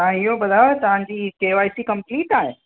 तव्हां इहो ॿुधायो तव्हांजी के वाई सी कंपलीट आहे